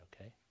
okay